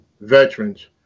veterans